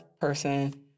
person